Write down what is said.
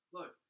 Look